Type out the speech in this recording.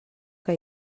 que